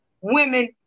women